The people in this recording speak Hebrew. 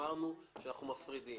אמרנו שאנחנו מפרידים.